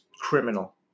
criminal